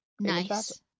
Nice